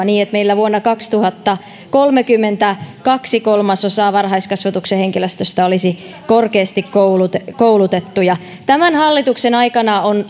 niin että meillä vuonna kaksituhattakolmekymmentä kaksi kolmasosaa varhaiskasvatuksen henkilöstöstä olisi korkeasti koulutettuja koulutettuja tämän hallituksen aikana on